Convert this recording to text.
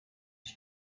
die